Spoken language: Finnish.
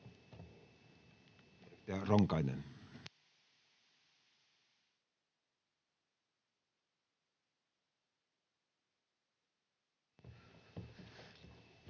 Ronkainen.